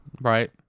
Right